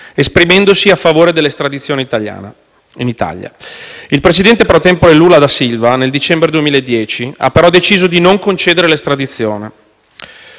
esprimendosi a favore dell'estradizione in Italia; il Presidente *pro tempore* Lula da Silva, nel dicembre 2010, ha però deciso di non concedere l'estradizione;